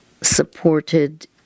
supported